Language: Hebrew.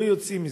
לא יוצאים מזה.